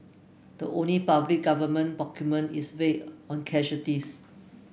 the only public government document is vague on casualties